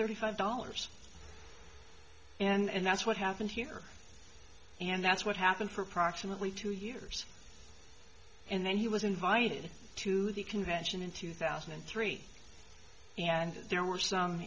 thirty five dollars and that's what happened here and that's what happened for approximately two years and then he was invited to the convention in two thousand and three and there were some